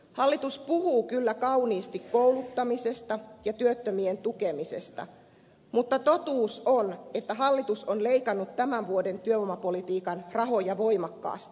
hallitus puhuu kyllä kauniisti kouluttamisesta ja työttömien tukemisesta mutta totuus on että hallitus on leikannut tämän vuoden työvoimapolitiikan rahoja voimakkaasti